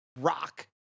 rock